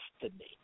destiny